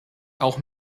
auch